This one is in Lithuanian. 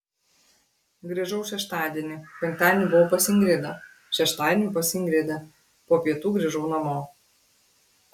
grįžau šeštadienį penktadienį buvau pas ingridą šeštadienį pas ingridą po pietų grįžau namo